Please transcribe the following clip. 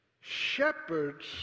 Shepherds